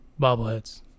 bobbleheads